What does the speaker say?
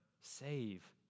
save